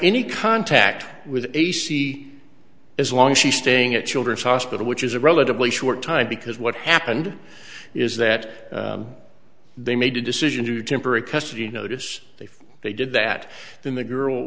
any contact with a c as long as she's staying at children's hospital which is a relatively short time because what happened is that they made a decision to do temporary custody notice before they did that then the girl